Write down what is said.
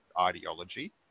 ideology